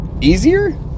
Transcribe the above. easier